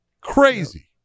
crazy